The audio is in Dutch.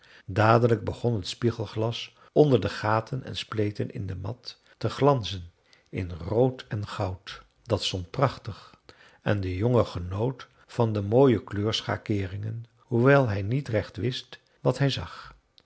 dadelijk begon het spiegelglas onder de gaten en spleten in de mat te glanzen in rood en goud dat stond prachtig en de jongen genoot van de mooie kleurschakeeringen hoewel hij niet recht wist wat hij zag